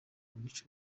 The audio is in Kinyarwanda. imico